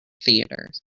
theatres